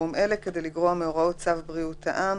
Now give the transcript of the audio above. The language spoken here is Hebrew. חירום אלה כדי לגרוע מהוראות צו בריאות העם